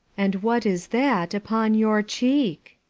and what is that upon your cheek?